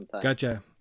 Gotcha